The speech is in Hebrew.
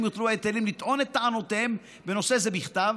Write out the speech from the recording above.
יוטלו ההיטלים לטעון את טענותיהם בנושא זה בכתב,